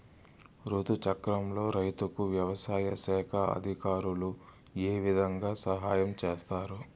రుతు చక్రంలో రైతుకు వ్యవసాయ శాఖ అధికారులు ఏ విధంగా సహాయం చేస్తారు?